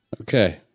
Okay